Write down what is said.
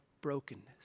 brokenness